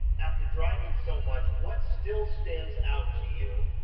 after driving so much, what still stands out to you?